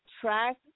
track